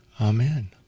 Amen